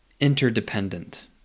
interdependent